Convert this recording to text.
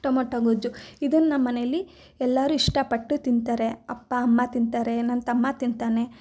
tomato ಗೊಜ್ಜು ಇದನ್ನು ನಮ್ಮ ಮನೇಲಿ ಎಲ್ಲರು ಇಷ್ಟ ಪಟ್ಟು ತಿಂತಾರೆ ಅಪ್ಪ ಅಮ್ಮ ತಿಂತಾರೆ ನನ್ನ ತಮ್ಮ ತಿಂತಾನೆ